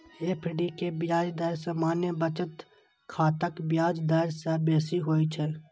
FD के ब्याज दर सामान्य बचत खाताक ब्याज दर सं बेसी होइ छै